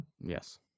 yes